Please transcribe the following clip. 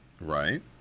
Right